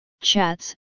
chats